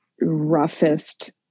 roughest